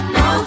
no